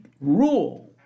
rule